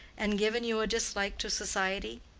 and given you a dislike to society?